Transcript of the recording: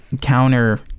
counter